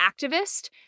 activist